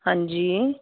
ਹਾਂਜੀ